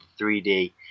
3D